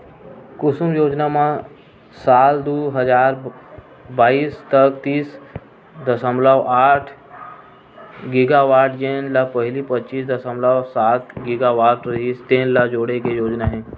कुसुम योजना म साल दू हजार बाइस तक तीस दसमलव आठ गीगावाट जेन ल पहिली पच्चीस दसमलव सात गीगावाट रिहिस तेन ल जोड़े के योजना हे